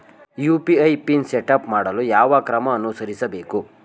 UPI PIN setup ಮಾಡಲು ಯಾವ ಕ್ರಮ ಅನುಸರಿಸಬೇಕು?